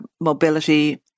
mobility